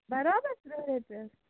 برابر ترٕٛہ رۄپیہِ حظ